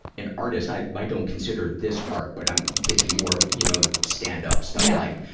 an artist i, i don't consider this art, but i'm thinking more of, you know, stand-up, stuff like,